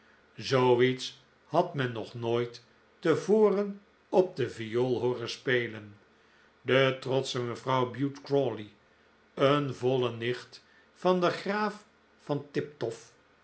iets had men nog nooit te voren op de viool hooren spelen de trotsche mevrouw bute crawley een voile nicht van den graaf van tiptoff